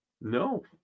No